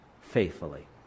faithfully